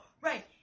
Right